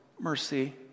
mercy